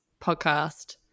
podcast